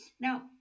now